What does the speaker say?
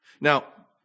Now